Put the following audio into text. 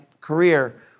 career